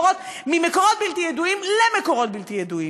ממקורות בלתי ידועים למקורות בלתי ידועים.